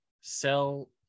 sell